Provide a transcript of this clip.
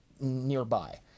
nearby